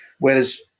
Whereas